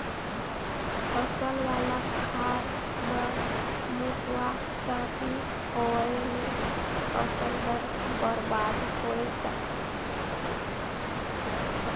फसल वाला खार म मूसवा, चांटी होवयले फसल हर बरबाद होए जाथे